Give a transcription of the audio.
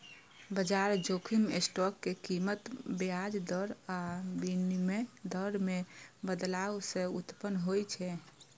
बाजार जोखिम स्टॉक के कीमत, ब्याज दर आ विनिमय दर मे बदलाव सं उत्पन्न होइ छै